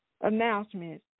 Announcement